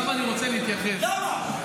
למה?